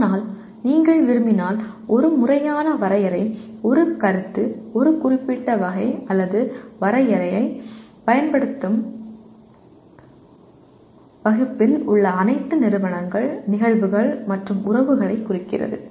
ஆனால் நீங்கள் விரும்பினால் ஒரு முறையான வரையறை ஒரு கருத்து ஒரு குறிப்பிட்ட வகை அல்லது வரையறையைப் பயன்படுத்தும் வகுப்பில் உள்ள அனைத்து நிறுவனங்கள் நிகழ்வுகள் மற்றும் உறவுகளை குறிக்கிறது